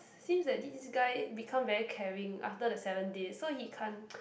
seems that this guy become very caring after the seven days so he can't